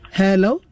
hello